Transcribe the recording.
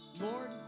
Lord